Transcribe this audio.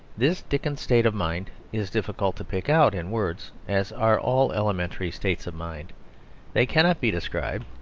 this dickens state of mind is difficult to pick out in words as are all elementary states of mind they cannot be described,